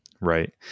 Right